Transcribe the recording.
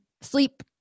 sleep